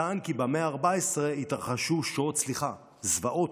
טען כי במאה ה-14 התרחשו שואות, סליחה, זוועות,